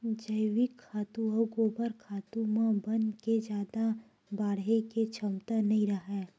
जइविक खातू अउ गोबर खातू म बन के जादा बाड़हे के छमता नइ राहय